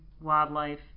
wildlife